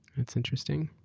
it's interesting.